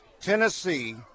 tennessee